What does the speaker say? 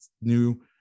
new